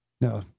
No